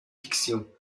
fiction